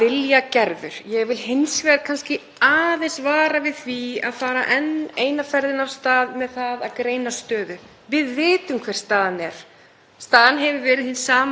Staðan hefur verið hin sama árum saman. Það er vissulega rétt að það leita fleiri til lögreglu núna [Símhringing